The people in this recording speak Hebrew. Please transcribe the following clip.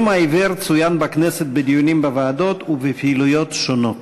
יום העיוור צוין בכנסת בדיונים בוועדות ובפעילויות שונות,